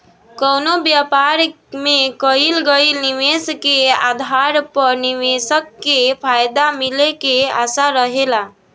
कवनो व्यापार में कईल गईल निवेश के आधार पर निवेशक के फायदा मिले के आशा रहेला